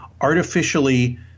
artificially